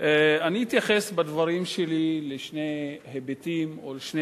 אני אתייחס בדברים שלי לשני היבטים או לשני